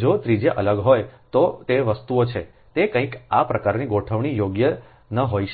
જો ત્રિજ્યા અલગ હોય તો વસ્તુઓ છેતે કંઇક આ પ્રકારનું ગોઠવણી યોગ્ય ન હોઈ શકે